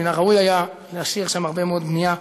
ומן הראוי היה לאשר הרבה מאוד בנייה.